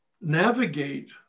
navigate